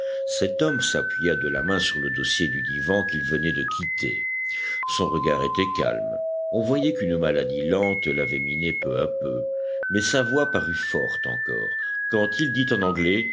cet homme s'appuya de la main sur le dossier du divan qu'il venait de quitter son regard était calme on voyait qu'une maladie lente l'avait miné peu à peu mais sa voix parut forte encore quand il dit en anglais